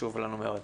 חשוב לנו מאוד.